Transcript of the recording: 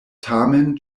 tamen